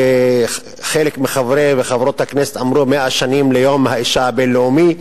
וחלק מחברי וחברות הכנסת אמרו: 100 שנים ליום האשה הבין-לאומי,